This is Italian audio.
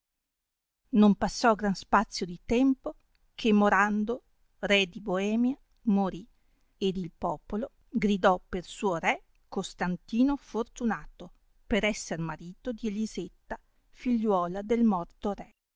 non passò gran spazio di tempo che morando re di boemia mori ed il popolo gridò per suo re costantino fortunato per esser marito di elisetta figliuola del morto